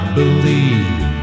believe